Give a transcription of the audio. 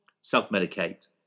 self-medicate